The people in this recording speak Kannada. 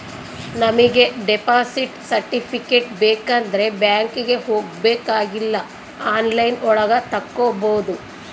ನಮಿಗೆ ಡೆಪಾಸಿಟ್ ಸರ್ಟಿಫಿಕೇಟ್ ಬೇಕಂಡ್ರೆ ಬ್ಯಾಂಕ್ಗೆ ಹೋಬಾಕಾಗಿಲ್ಲ ಆನ್ಲೈನ್ ಒಳಗ ತಕ್ಕೊಬೋದು